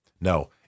No